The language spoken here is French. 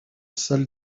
salle